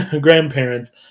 grandparents